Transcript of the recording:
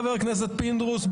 חבר הכנסת פינדרוס,